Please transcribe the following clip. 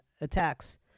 attacks